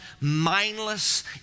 mindless